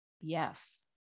Yes